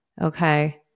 Okay